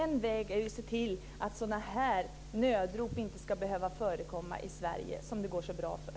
En väg är att se till att sådana här nödrop inte ska behöva förekomma i Sverige, som det går så bra för.